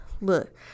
look—